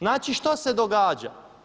Znači što se događa?